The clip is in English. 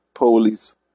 police